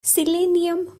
selenium